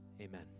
Amen